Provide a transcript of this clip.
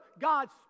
God's